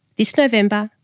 this november,